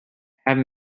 have